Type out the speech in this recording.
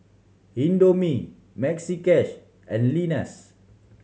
Indomie Maxi Cash and Lenas